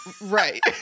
Right